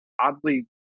oddly